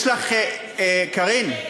קארין,